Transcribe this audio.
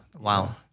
Wow